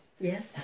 Yes